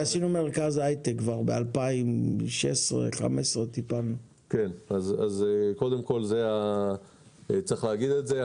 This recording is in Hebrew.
עשינו מרכז הייטק כבר ב-2016 או 2015. צריך להגיד את זה.